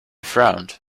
frowned